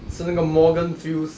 吃那个 morganfield's